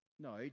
No